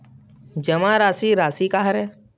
जमा राशि राशि का हरय?